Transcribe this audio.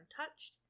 untouched